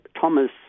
Thomas